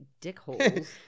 dickholes